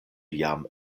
jam